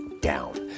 down